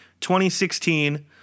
2016